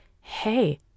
Hey